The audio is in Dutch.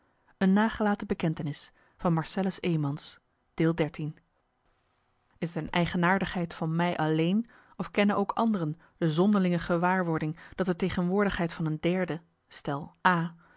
is t een eigenaardigheid van mij alleen of kennen ook anderen de zonderlinge gewaarwording dat de tegenwoordigheid van een derde stel